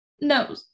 No